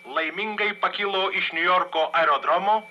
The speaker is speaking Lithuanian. laimingai pakilo iš niujorko aerodromo